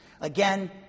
Again